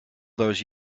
those